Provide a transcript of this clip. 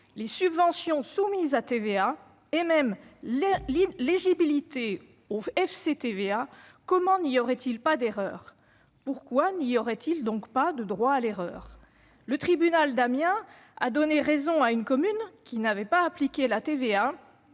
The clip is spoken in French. de compensation pour la taxe sur la valeur ajoutée) ? Comment n'y aurait-il pas d'erreurs ? Pourquoi n'y aurait-il donc pas de droit à l'erreur ? Le tribunal d'Amiens a donné raison à une commune qui n'avait pas appliqué la TVA